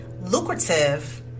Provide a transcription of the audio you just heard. lucrative